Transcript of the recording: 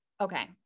okay